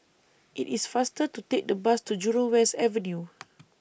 IT IS faster to Take The Bus to Jurong West Avenue